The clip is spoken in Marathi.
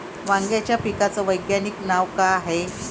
वांग्याच्या पिकाचं वैज्ञानिक नाव का हाये?